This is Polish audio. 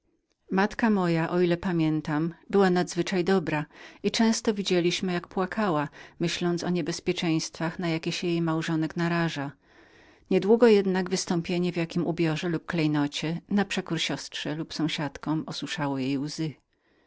matka moja o ile mogę ją zapamiętać była nadzwyczaj dobrą i często pamiętam jak płakała myśląc o niebezpieczeństwach na jakie się jej małżonek narażał niedługo jednak wystąpienie w jakim ubiorze lub klejnocie na przekor siostrze lub sąsiadkom osuszało jej łzy